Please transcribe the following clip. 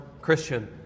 Christian